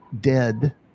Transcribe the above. dead